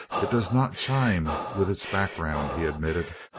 it does not chime with its background, he admitted.